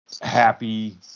happy